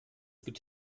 gibt